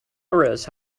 arose